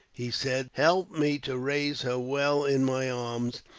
he said. help me to raise her well in my arms,